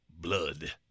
blood